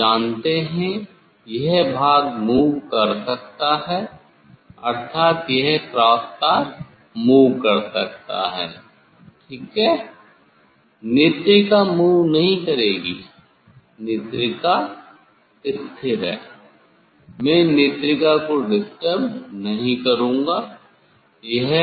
आप जानते हैं यह भाग मूव कर सकता है अर्थात यह क्रॉस तार मूव कर सकता है ठीक है नेत्रिका मूव नहीं करेगी नेत्रिका स्थिर है मैं नेत्रिका को डिस्टर्ब नहीं करूँगा